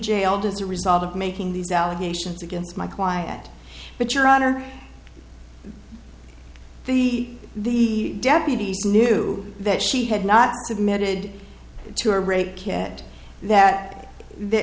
jailed as a result of making these allegations against my client but your honor she the deputies knew that she had not submitted to a rape kit that the